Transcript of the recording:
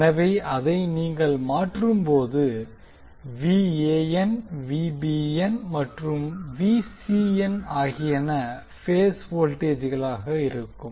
எனவே அதை நீங்கள் மாற்றும் பொது Van Vbn மற்றும் Vcn ஆகியன பேஸ் வோல்டேஜ்களாக இருக்கும்